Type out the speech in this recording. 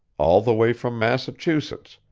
all the way from massachusetts,